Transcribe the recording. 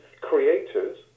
creators